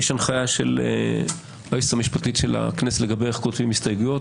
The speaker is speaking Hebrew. שיש הנחיה של היועצת המשפטית לכנסת לגבי איך כותבים הסתייגויות.